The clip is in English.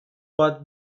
but